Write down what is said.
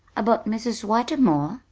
about mrs. whitermore?